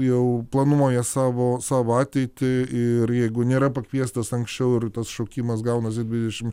jau planuoja savo savo ateitį ir jeigu nėra pakviestas anksčiau ir tas šaukimas gaunasi dvidešimt